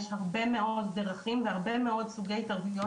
יש הרבה מאוד דרכים והרבה מאוד סוגי התערבויות